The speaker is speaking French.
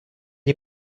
est